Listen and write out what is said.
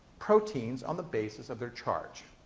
proteins on the basis of their charge.